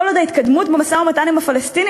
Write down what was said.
כל עוד התקדמות במשא-ומתן עם הפלסטינים